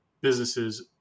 businesses